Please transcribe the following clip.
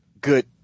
good